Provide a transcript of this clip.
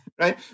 Right